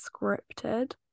scripted